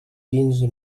quinze